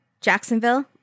Jacksonville